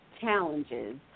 challenges